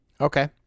Okay